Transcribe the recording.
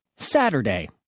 saturday